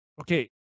okay